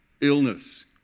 illness